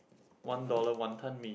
one dollar Wanton-Mee